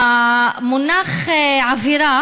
המונח עבירה